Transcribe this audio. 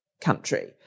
country